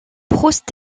proust